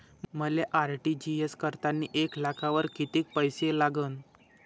मले आर.टी.जी.एस करतांनी एक लाखावर कितीक पैसे लागन?